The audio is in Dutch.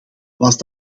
was